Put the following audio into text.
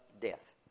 death